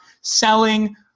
Selling